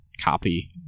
copy